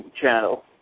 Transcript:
channel